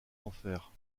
enfers